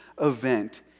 event